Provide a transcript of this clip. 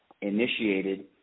initiated